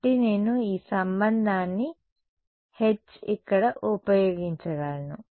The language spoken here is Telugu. కాబట్టి నేను ఈ సంబంధాన్ని H ఇక్కడ ఉపయోగించగలను